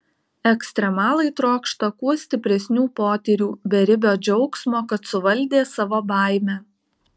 ekstremalai trokšta kuo stipresnių potyrių beribio džiaugsmo kad suvaldė savo baimę